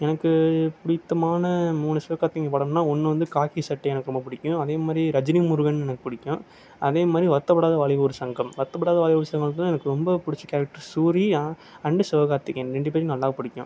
எனக்கு பிடித்தமானா மூணு சிவகார்த்திகேயன் படம்னா ஒன்று வந்து காக்கிசட்டை எனக்கு ரொம்ப பிடிக்கும் அதேமாதிரி ரஜினிமுருகன் ரொம்ப பிடிக்கும் அதேமாதிரி வருத்தப்படாத வாலிபர் சங்கம் வருத்தப்படாத வாலிபர் சங்கத்திலே எனக்கு ரொம்ப பிடிச்ச கேரக்டர் சூரி அண்டு சிவகார்த்திகேயன் ரெண்டு பேரையும் நல்லா பிடிக்கும்